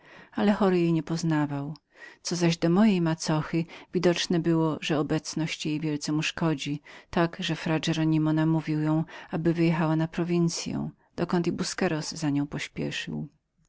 ale chory niepoznawał jej co zaś do mojej macochy widocznem było że obecność jej wielce mu szkodziła tak że fra hieronimo namówił ją aby wyjechała na prowincyą dokąd i busqueros za nią pospieszył